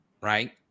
right